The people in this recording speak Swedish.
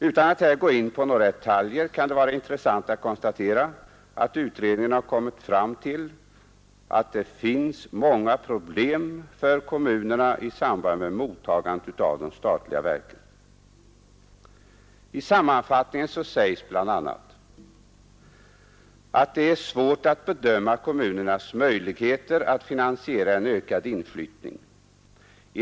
Utan att här gå in på några detaljer kan det vara intressant att konstatera, att utredningen har kommit fram till att det finns många problem för kommunerna i samband med mottagandet av de statliga verken. I sammanfattningen sägs bl.a. att det är svårt att bedöma kommunernas möjligheter att finansiera en ökad inflyttning.